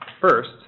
First